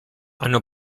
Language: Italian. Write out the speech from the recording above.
hanno